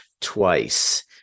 twice